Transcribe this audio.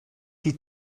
die